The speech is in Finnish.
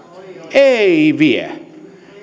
ei vie